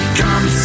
come